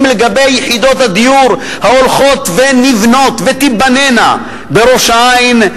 לגבי יחידות הדיור ההולכות ונבנות ותיבנינה בראש-העין,